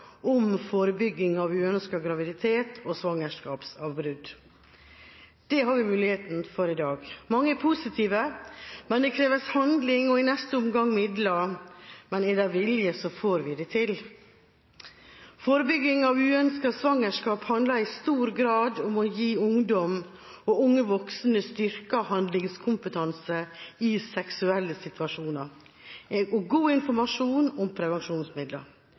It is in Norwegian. om forebygging av uønskede graviditeter og svangerskapsavbrudd. Det har vi muligheten til i dag. Mange er positive, men det kreves handling og i neste omgang midler. Men er det vilje, får vi det til. Forebygging av uønskede svangerskap handler i stor grad om å gi ungdom og unge voksne styrket handlingskompetanse i seksuelle situasjoner og god informasjon om prevensjonsmidler.